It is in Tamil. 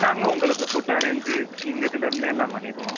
நாங்கள் உங்களுக்கு ஃபுட் அரேஞ்சு எங்கள் இதுலேருந்து எல்லாம் பண்ணிடுவோம்